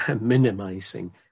minimizing